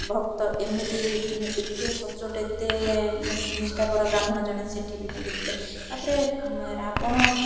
ଭକ୍ତ ଏମିତି ମାନେ ଏତେ ସଚ୍ଚୋଟ ଏତେ ନିଷ୍ଠାପର ବ୍ରାହ୍ମଣ ଜଣେ ସେଠି ବି ମିଳିଥିଲେ ତା'ପରେ ରାବଣ